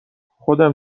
خودم